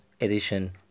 edition